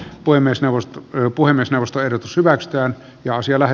voi myös nousta puhemiesneuvosto ehdotus hyväksytään ja siellä